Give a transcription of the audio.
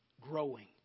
growing